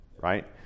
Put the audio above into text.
right